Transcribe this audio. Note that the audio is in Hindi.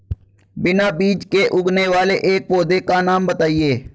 बिना बीज के उगने वाले एक पौधे का नाम बताइए